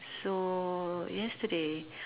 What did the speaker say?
so yesterday